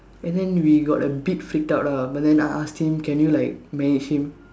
and then we got a bit freak out lah but then I ask him can you like manage him